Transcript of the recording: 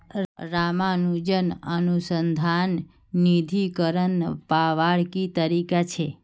रामानुजन अनुसंधान निधीकरण पावार की तरीका छे